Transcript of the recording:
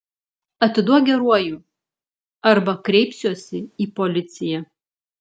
atiduok geruoju arba kreipsiuosi į policiją